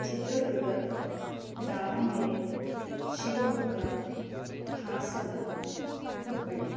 Chitradurga Davanagere Shivamogga Hassan Hubballi